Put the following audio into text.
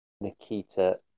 Nikita